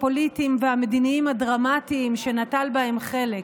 הפוליטיים והמדיניים הדרמטיים שנטל בהם חלק,